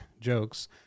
jokes